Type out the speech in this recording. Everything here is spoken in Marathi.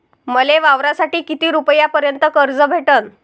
मले वावरासाठी किती रुपयापर्यंत कर्ज भेटन?